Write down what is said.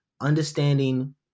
Understanding